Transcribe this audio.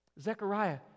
Zechariah